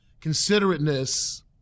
considerateness